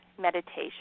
meditation